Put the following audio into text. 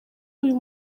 uyu